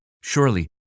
Surely